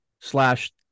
slash